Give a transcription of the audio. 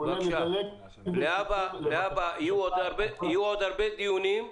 נדלג --- להבא יהיו עוד הרבה דיונים.